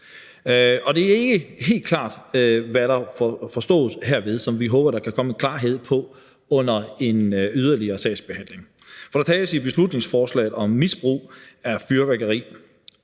Det er ikke helt klart, hvad der forstås herved, hvilket vi håber at der kan komme en klarhed over under den videre behandling. For der tales i beslutningsforslaget om misbrug af fyrværkeri,